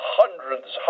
hundreds